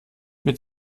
mit